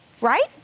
Right